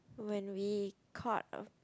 when we cut of